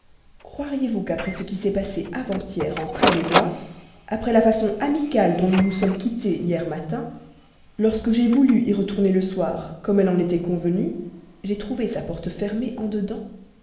croiriez-vous qu'après ce qui s'est passé avant-hier entre elle moi après la façon amicale dont nous nous sommes quittés hier matin lorsque j'ai voulu y retourner le soir comme elle en était convenue j'ai trouvé sa porte fermée en dedans